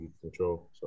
control